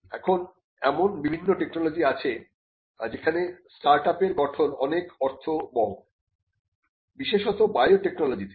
এখন এমন বিভিন্ন টেকনোলজি আছে যেখানে স্টার্টআপ গঠন অনেক অর্থবহ বিশেষত বায়োটেকনোলজি তে